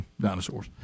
dinosaurs